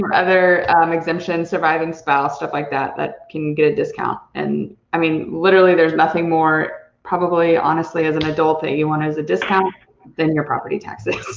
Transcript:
other exemption, surviving spouse, stuff like that, that can get a discount. and i mean, literally there's nothing more probably honestly as an adult that you want as a discount than your property taxes.